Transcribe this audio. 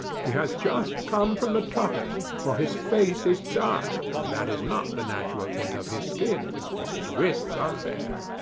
he has just come from the tropics, for his face is dark, and that is not the natural tint of his skin, for his wrists are fair.